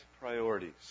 Priorities